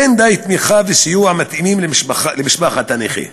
אין די תמיכה וסיוע מתאימים למשפחת הנכה.